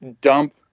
dump